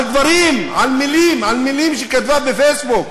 על דברים, על מילים, על מילים שכתבה בפייסבוק.